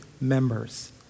members